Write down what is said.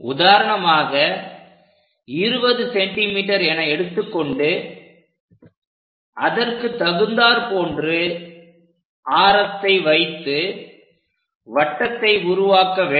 உதாரணமாக 20 சென்டிமீட்டர் என எடுத்துக்கொண்டு அதற்கு தகுந்தார் போன்று ஆரத்தை வைத்து வட்டத்தை உருவாக்க வேண்டும்